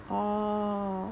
oh